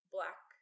Black